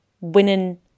winning